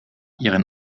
ihren